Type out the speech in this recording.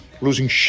Losing